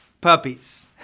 Puppies